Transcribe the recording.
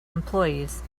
employees